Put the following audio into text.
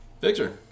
Victor